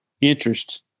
interest